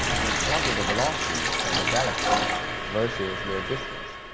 he plotted the velocities of the galaxies versus their distance.